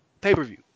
pay-per-view